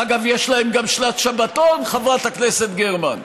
אגב, יש להם גם שנת שבתון, חברת הכנסת גרמן.